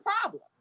problem